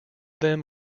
them